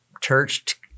church